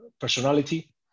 personality